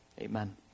amen